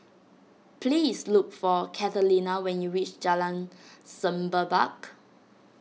please look for Catalina when you reach Jalan Semerbak